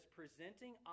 presenting